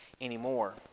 anymore